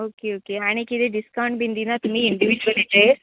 okay okay आनी किदें discount बीन दिना तुमी इंडिव्यूजल हेचेर